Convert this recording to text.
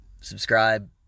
subscribe